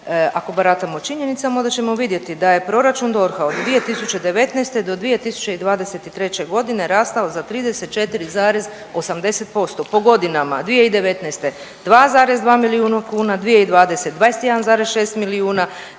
ako baratamo činjenicama onda ćemo vidjeti da je proračun DORH-a od 2019. do 2023.g. rastao za 34,80%, po godinama 2019. 2,2 milijuna kuna, 2020. 21,6 milijuna, '21.